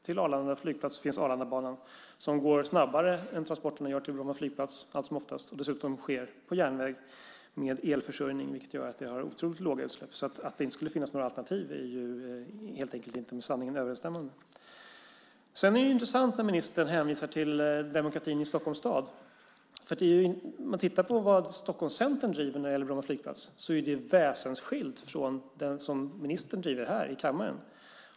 Till Arlanda flygplats finns Arlandabanan, som går snabbare än transporterna gör till Bromma flygplats alltsomoftast och som dessutom sker på järnväg med elförsörjning vilket gör att den har otroligt små utsläpp. Att det inte skulle finnas några alternativ är helt enkelt inte med sanningen överensstämmande. Det är intressant att ministern hänvisar till demokratin i Stockholms stad. Om man tittar på vad Stockholmscentern driver när det gäller Bromma flygplats ser man att det är väsensskilt från det som ministern driver här i kammaren.